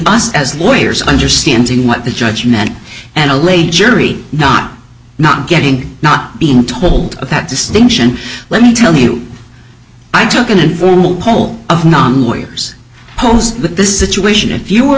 us as lawyers understanding what the judge met and allayed jury not not getting not being told that distinction let me tell you i took an informal poll of non lawyers homes with this situation if you were